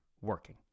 working